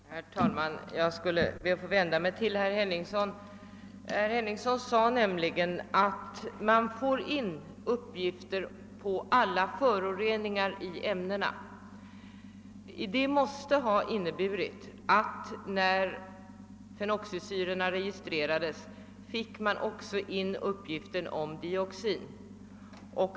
Herr talman! Jag ber att få vända mig till herr Henningsson. Han sade att man får in uppgifter på alla föroreningar i ämnena. Det måste ha inneburit att man när fenoxisyrorna registrerades också fick in uppgiften om dioxin.